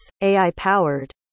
AI-powered